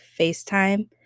FaceTime